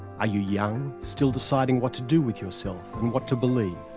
are you young, still deciding what to do with yourself, and what to believe?